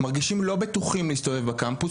מרגישים לא בטוחים להסתובב בקמפוס,